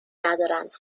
ندارند